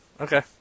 Okay